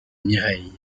mireille